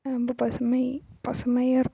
ரொம்ப பசுமை பசுமையாக இருக்கும்